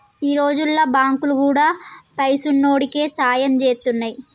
ఈ రోజుల్ల బాంకులు గూడా పైసున్నోడికే సాయం జేత్తున్నయ్